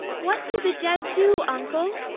what do the dead do, uncle?